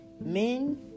Men